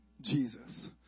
Jesus